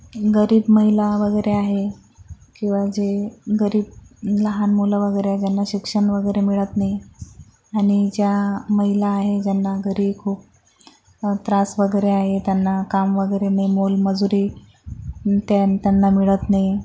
गरीब महिला वगैरे आहे किंवा जे गरीब लहान मुलं वगैरे आहे ज्यांना शिक्षण वगैरे मिळत नाही आणि ज्या महिला आहे ज्यांना घरी खूप त्रास वगैरे आहे त्यांना काम वगैरे मोलमजुरी त्यां त्यांना मिळत नाही